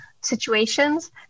situations